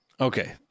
Okay